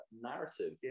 narrative